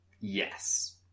Yes